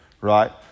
right